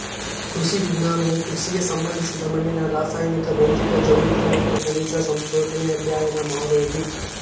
ಕೃಷಿ ವಿಜ್ಞಾನವು ಕೃಷಿಗೆ ಸಂಬಂಧಿಸಿದ ಮಣ್ಣಿನ ರಾಸಾಯನಿಕ ಭೌತಿಕ ಜೈವಿಕ ಮತ್ತು ಖನಿಜ ಸಂಯೋಜನೆ ಅಧ್ಯಯನ ಮಾಡೋದು